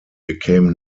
became